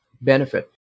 benefit